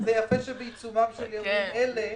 זה יפה שבעיצומם של ימים אלה,